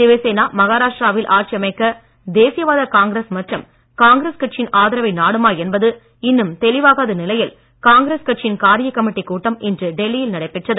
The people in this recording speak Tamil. சிவசேனா மகாராஷ்டிராவில் ஆட்சி அமைக்க தேசியவாத காங்கிரஸ் மற்றும் காங்கிரஸ் கட்சியின் ஆதரவை நாடுமா என்பது இன்னும் தெளிவாகாத நிலையில் காங்கிரஸ் கட்சியின் காரிய கமிட்டி கூட்டம் இன்று டெல்லியில் நடைபெற்றது